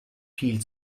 viel